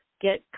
get